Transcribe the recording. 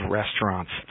restaurants